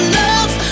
love